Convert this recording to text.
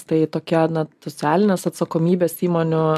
tai tokia na socialinės atsakomybės įmonių